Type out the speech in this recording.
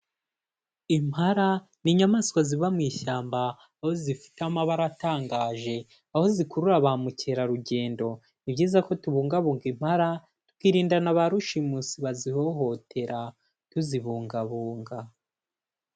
Impala ni inyamaswa ziba mu ishyamba aho zifite amabara atangaje, aho zikurura ba mukerarugendo, ni byiza ko tubungabunga impala tukirinda na barushimusi bazihohotera tuzibungabunga.